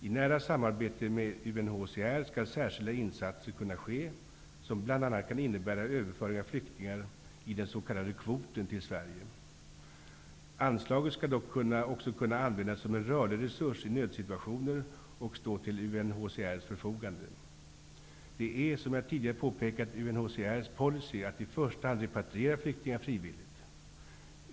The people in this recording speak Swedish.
I nära samarbete med UNHCR skall särskilda insatser kunna ske, som bl.a. kan innebära överföring av flyktingar i den s.k. kvoten till Sverige. Anslaget skall dock också kunna användas som en rörlig resurs i nödsituationer och stå till UNHCR:s förfogande. Det är, som jag tidigare har påpekat, UNHCR:s policy att i första hand repatriera flyktingar frivilligt.